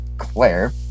Claire